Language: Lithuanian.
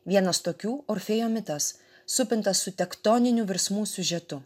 vienas tokių orfėjo mitas supintas su tektoninių virsmų siužetu